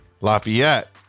Lafayette